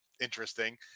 interesting